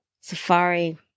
safari